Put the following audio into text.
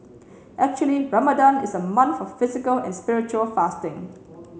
actually Ramadan is a month of physical and spiritual fasting